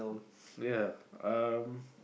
ya um